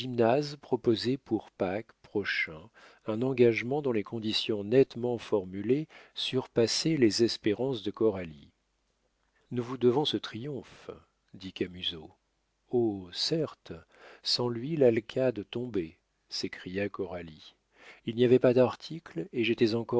proposait pour pâques prochain un engagement dont les conditions nettement formulées surpassaient les espérances de coralie nous vous devons ce triomphe dit camusot oh certes sans lui l'alcade tombait s'écria coralie il n'y avait pas d'article et j'étais